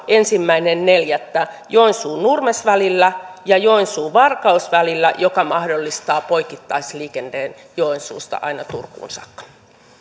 ensimmäinen neljättä joensuu nurmes välillä ja joensuu varkaus välillä joka mahdollistaa poikittaisliikenteen joensuusta aina turkuun saakka